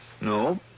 No